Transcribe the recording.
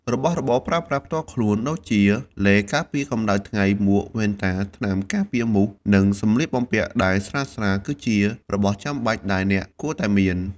របស់របរប្រើប្រាស់ផ្ទាល់ខ្លួនដូចជា ឡេការពារកម្តៅថ្ងៃ មួក វ៉ែនតា ថ្នាំការពារមូស និងសម្លៀកបំពាក់ដែលស្រាលៗ គឺជារបស់ចាំបាច់ដែលអ្នកគួរតែមាន។